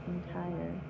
Entire